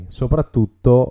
soprattutto